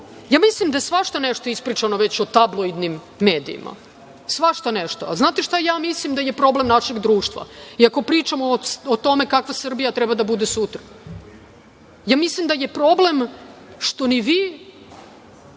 Ja mislim da je svašta nešto ispričano već o tabloidnim medijima. A znate šta ja mislim da je problem našeg društva, ako pričamo o tome kakva Srbija treba da bude sutra? Ja mislim da je problem što ni vi,